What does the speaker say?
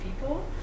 people